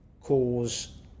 cause